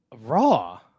Raw